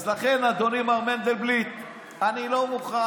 לכן, אדוני מר מנדלבליט, אני לא מוכן.